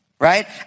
right